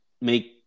make